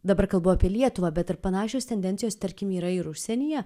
dabar kalbu apie lietuvą bet ar panašios tendencijos tarkim yra ir užsienyje